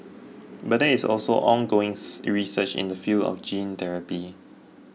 but there is also ongoings research in the field of gene therapy